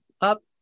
up